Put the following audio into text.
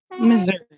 Missouri